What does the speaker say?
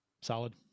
Solid